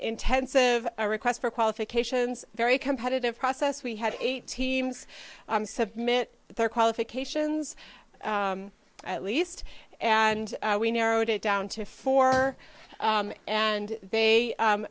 intensive request for qualifications very competitive process we had eight teams submit their qualifications at least and we narrowed it down to four and they